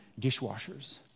dishwashers